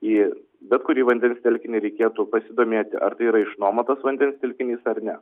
į bet kurį vandens telkinį reikėtų pasidomėti ar tai yra išnuomotas vandens telkinys ar ne